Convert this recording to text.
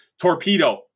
Torpedo